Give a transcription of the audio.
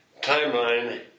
timeline